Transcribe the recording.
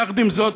יחד עם זאת,